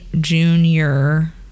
Junior